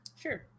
Sure